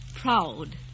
proud